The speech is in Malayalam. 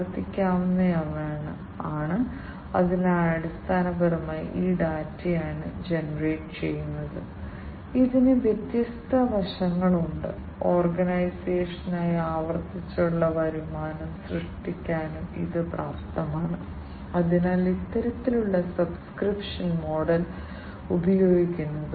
കാർഷിക വ്യവസായങ്ങളിൽ മണ്ണിന്റെ അവസ്ഥ മണ്ണിലെ ജലത്തിന്റെ അവസ്ഥ മണ്ണ് ഈർപ്പം മണ്ണിലെ ജലനിരപ്പ് വ്യത്യസ്ത കാലാവസ്ഥാ പാരാമീറ്ററുകൾ പിന്നെ വളത്തിന്റെ ഉള്ളടക്കം പോഷകത്തിന്റെ അളവ് എന്നിങ്ങനെയുള്ള മറ്റ് പാരാമീറ്ററുകൾ നിരീക്ഷിക്കാൻ സ്മാർട്ട് സെൻസറുകൾ ഉപയോഗിക്കാം